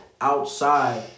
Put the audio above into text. outside